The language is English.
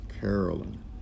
Carolyn